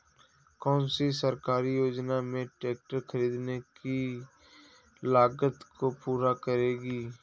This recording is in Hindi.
कौन सी सरकारी योजना मेरे ट्रैक्टर ख़रीदने की लागत को पूरा करेगी?